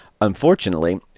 unfortunately